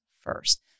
first